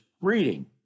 reading